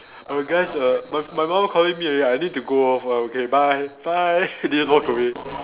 err guys err my my mum calling me already I need to go off first okay bye bye then just walk away